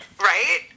right